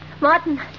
Martin